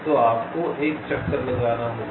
तो आपको एक चक्कर लगाना होगा